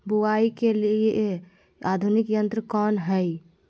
बुवाई के लिए आधुनिक यंत्र कौन हैय?